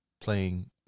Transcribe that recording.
playing